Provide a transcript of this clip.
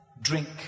drink